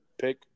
pick